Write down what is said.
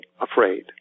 afraid